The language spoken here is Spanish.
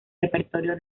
repertorio